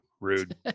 Rude